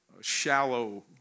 shallow